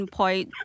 point